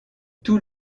tout